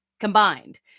combined